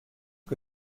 que